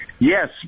Yes